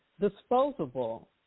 disposable